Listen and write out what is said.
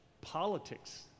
politics